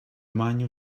manual